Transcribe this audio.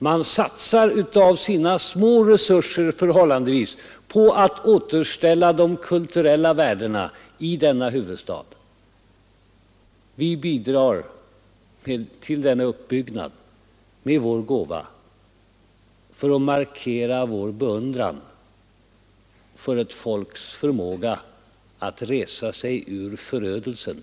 Man satsar av sina förhållandevis små resurser för att återställa de kulturella värdena i sin huvudstad. Vi bidrar till denna uppbyggnad med vår gåva för att markera vår beundran för ett folks förmåga att resa sig ur förödelsen.